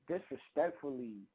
disrespectfully